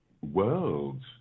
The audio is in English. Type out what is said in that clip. world